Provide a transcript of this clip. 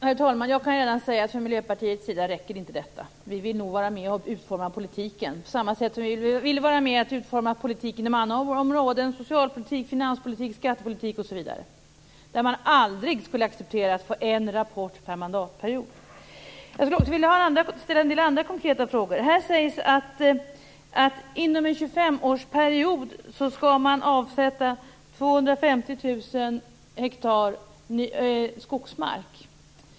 Herr talman! Jag kan gärna säga att från Miljöpartiets sida räcker inte detta. Vi vill nog vara med och utforma politiken, på samma sätt som vi vill vara med och utforma politiken på andra områden - socialpolitik, finanspolitik, skattepolitik osv. Där skulle man aldrig acceptera att få en rapport per mandatperiod. Jag skulle också vilja ställa en del andra konkreta frågor. Det sägs att inom en 25-årsperiod skall man avsätta 250 000 hektar skogsmark.